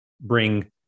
bring